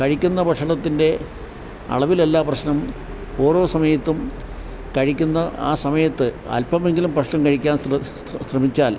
കഴിക്കുന്ന ഭക്ഷണത്തിൻ്റെ അളവിൽ അല്ല പ്രശ്നം ഓരോ സമയത്തും കഴിക്കുന്ന ആ സമയത്ത് അൽപ്പം എങ്കിലും ഭക്ഷണം കഴിക്കാൻ ശ്രമിച്ചാൽ